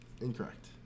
Incorrect